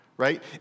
Right